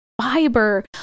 fiber